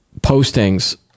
postings